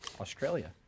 australia